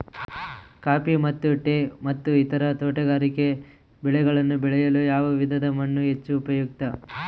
Coffee ಮತ್ತು tea ಮತ್ತು ಇತರ ತೋಟಗಾರಿಕೆ ಬೆಳೆಗಳನ್ನು ಬೆಳೆಯಲು ಯಾವ ವಿಧದ ಮಣ್ಣು ಹೆಚ್ಚು ಉಪಯುಕ್ತ?